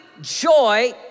joy